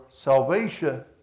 salvation